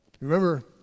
Remember